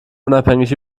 unabhängig